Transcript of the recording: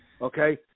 okay